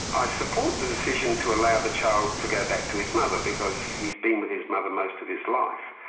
i support the decision to allow the child to go back to his mother, because he's been with his mother most of his life.